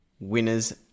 Winners